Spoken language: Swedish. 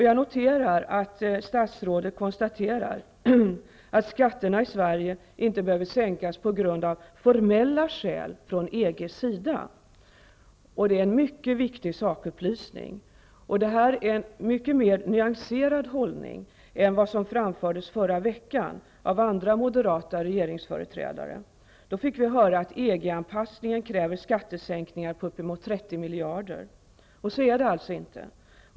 Jag noterar att statsrådet konstaterar att skatterna i Sverige inte behöver sänkas på grund av formella krav från EG:s sida. Det är en mycket viktig sakupplysning. Detta är en mycket mer nyanserad hållning än vad som framfördes förra veckan av andra moderata regeringsföreträdare. Då fick vi höra att EG-anpassningen kräver skattesänkningar på uppemot 30 miljarder. Så är det alltså inte.